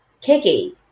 Kiki